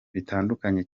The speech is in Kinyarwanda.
bitandukanye